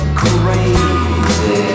crazy